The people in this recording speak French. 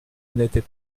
n’était